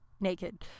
naked